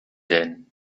din